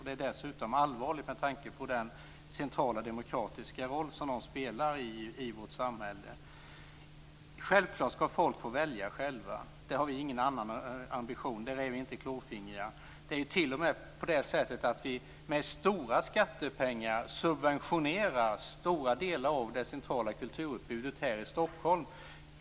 Det är dessutom allvarligt med tanke på den centrala demokratiska roll som den spelar i vårt samhälle. Självklart skall folk själva få välja. Vi har ingen annan ambition. Där är vi inte klåfingriga. Vi subventionerar ju t.o.m. med stora skattepengar stora delar av det centrala kulturutbudet här i Stockholm.